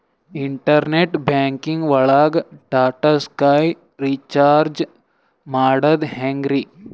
Internet banking ಒಳಗ್ Tata Sky recharge ಮಾಡದ್ ಹೆಂಗ್ರೀ?